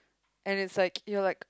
and it's like you're like